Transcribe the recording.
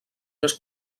més